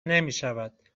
نمیشود